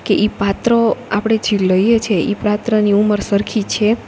કે ઈ પાત્ર આપડે જી લઈએ છીએ ઈ પાત્રની ઉમર સરખી છે